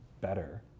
better